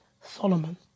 Solomon